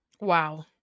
Wow